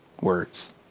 words